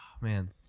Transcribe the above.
man